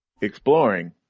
exploring